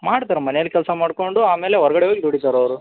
ಮಾಡ್ತಾರೆ ಮನೆಯಲ್ಲಿ ಕೆಲಸ ಮಾಡಿಕೊಂಡು ಆಮೇಲೆ ಒರ್ಗಡೆ ಹೋಗಿ ದುಡಿತಾರೆ ಅವರು